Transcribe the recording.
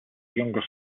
younger